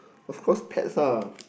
of course pets ah